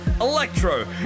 electro